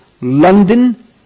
London